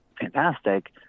fantastic